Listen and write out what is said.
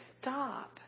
stop